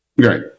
Great